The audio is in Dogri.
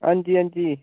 हां जी हां जी